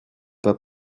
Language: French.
pas